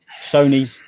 Sony